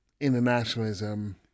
internationalism